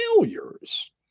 failures